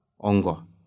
ongo